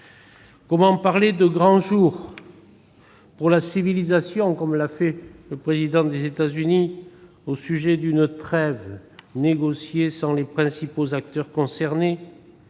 Comment parler de « grand jour pour la civilisation », comme l'a fait le président des États-Unis, au sujet d'une trêve négociée en l'absence des principaux acteurs concernés